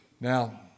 Now